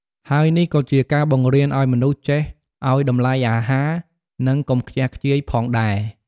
ហើយនេះក៏ជាការបង្រៀនឲ្យមនុស្សចេះ ឲ្យតម្លៃអាហារ និងកុំខ្ជះខ្ជាយផងដែរ។